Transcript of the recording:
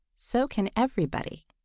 so can everybody.